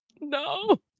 No